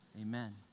amen